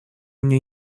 мне